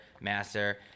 master